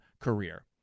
career